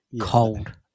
cold